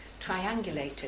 triangulated